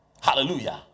Hallelujah